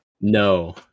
No